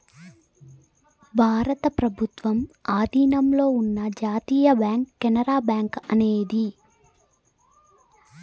భారత ప్రభుత్వం ఆధీనంలో ఉన్న జాతీయ బ్యాంక్ కెనరా బ్యాంకు అనేది